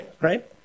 right